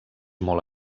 molt